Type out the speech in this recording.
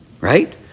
right